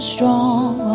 Strong